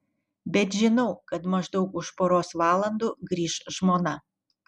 bet žinau kad maždaug už poros valandų grįš žmona